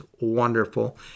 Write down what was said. wonderful